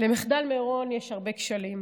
למחדל מירון יש הרבה כשלים